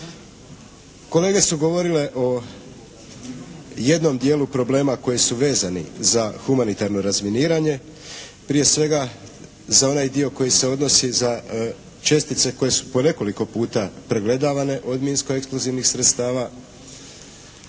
Kolege su govorile o jednom dijelu problema koji su vezani za humanitarno razminiranje. Prije svega za onaj dio koji se odnosi za čestice koje su po nekoliko puta pregledavane od minsko-eksplozivnih sredstava